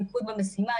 מיקוד במשימה,